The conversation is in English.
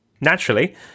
naturally